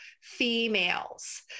females